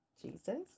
Jesus